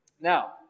Now